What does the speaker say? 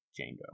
Django